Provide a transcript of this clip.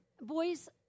Boys